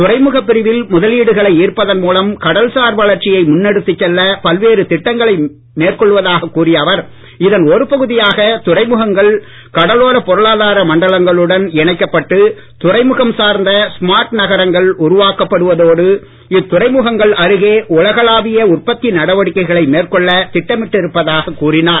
துறைமுக பிரிவில் மூலம் கடல்சார்வளர்ச்சியைமுன்னெடுத்துச் செல்ல பல்வேறு திட்டங்களை மேற்கொள்வதாக கூறிய அவர்இதன்ஒருபகுதியாக துறைமுகங்கள் கடலோர பொருளாதார மண்டலங்களுடன் இணைக்கப்பட்டுதுறைமுகம் சார்ந்த ஸ்மார்ட் நகரங்கள் உருவாக்கப்படுவதோடு இத்துறைமுகங்கள் அருகேஉலகளாவிய உற்பத்தி நடவடிக்கைகளை மேற்கொள்ள திட்டமிடப்பட்டிருப்பதாக கூறினார்